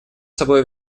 собой